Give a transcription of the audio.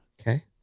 Okay